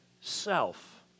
self